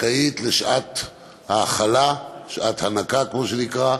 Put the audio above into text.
לשעת האכלה, שעת הנקה, כמו שזה נקרא,